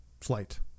flight